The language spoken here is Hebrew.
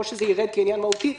לא שזה ירד כעניין מהותי,